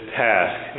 task